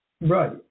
Right